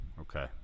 okay